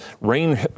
rain